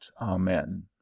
amen